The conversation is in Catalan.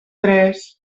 tres